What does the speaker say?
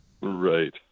Right